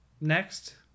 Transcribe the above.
next